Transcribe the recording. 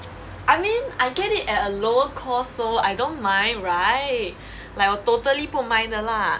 I mean I get it at a lower cost so I don't mind right like 我 totally 不 mind 的 lah